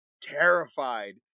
terrified